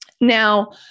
Now